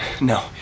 no